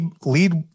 lead